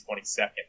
22nd